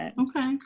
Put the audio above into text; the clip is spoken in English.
okay